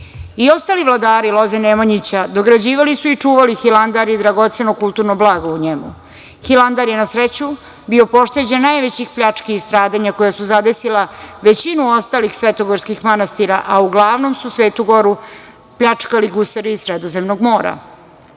ostali vladari loze Nemanjića dograđivali su i čuvali Hilandar i dragoceno kulturno blago u njemu. Hilandar je na sreću bio pošteđen najvećih pljački i stradanja koja su zadesila većinu ostalih svetogorskih manastira, a uglavnom su Svetu goru pljačkali gusari iz Sredozemnog mora.